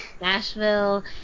Nashville